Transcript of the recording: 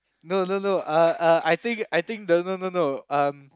no no no uh uh I think I think the no no no um